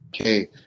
okay